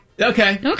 Okay